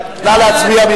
נא להצביע.